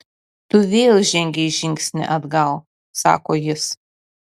tu vėl žengei žingsnį atgal sako jis